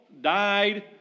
died